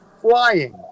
flying